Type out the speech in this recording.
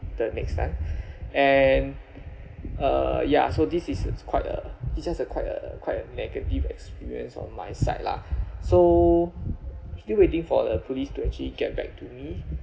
the next time and uh ya so this is it's quite uh it's just a quite a quite a negative experience on my side lah so still waiting for the police to actually get back to me